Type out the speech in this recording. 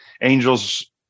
Angels